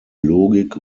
logik